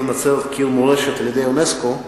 העיר נצרת כעיר מורשת על-ידי אונסק"ו,